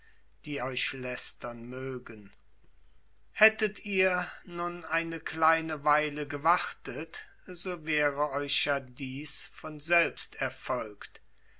die euch lästern wollen hättet ihr nun eine kleine weile gewartet so wäre euch ja dies von selbst erfolgt